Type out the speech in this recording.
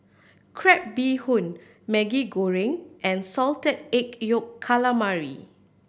crab bee hoon Maggi Goreng and Salted Egg Yolk Calamari